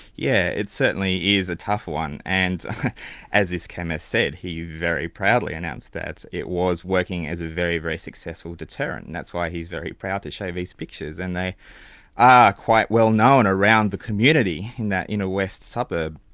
yeah it certainly is a tough one, and as this chemist said, he very proudly announced that it was working as a very, very successful deterrent, and that's why he's very proud to show these pictures, and they are quite well known around the community in that inner you know west suburb.